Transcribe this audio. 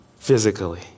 Physically